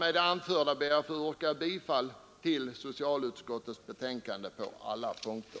Med det anförda ber jag att få yrka bifall till socialutskottets betänkande nr 25 på alla punkter.